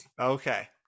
Okay